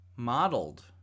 modeled